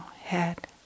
head